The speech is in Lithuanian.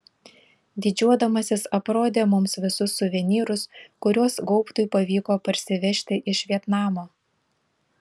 didžiuodamasis aprodė mums visus suvenyrus kuriuos gaubtui pavyko parsivežti iš vietnamo